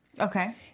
Okay